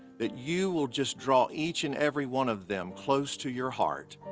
that you will just draw each and every one of them close to your heart,